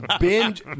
Binge